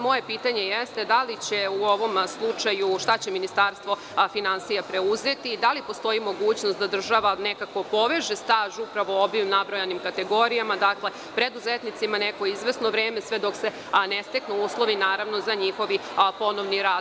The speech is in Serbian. Moje pitanje je šta će u ovom slučaju Ministarstvo finansija preduzeti i da li postoji mogućnost da država nekako poveže staž u upravo ovim nabrojanim kategorijama, dakle preduzetnicima neko izvesno vreme, sve dok se ne steknu uslovi, naravno za njihov ponovni rad?